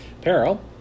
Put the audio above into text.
Peril